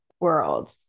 world